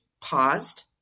paused